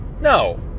no